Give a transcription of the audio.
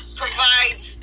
provides